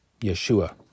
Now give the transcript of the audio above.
Yeshua